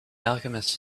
alchemist